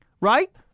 right